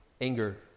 anger